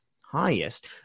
highest